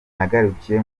nagarukiye